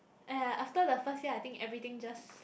aiyah after the first day I think everything just